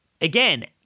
Again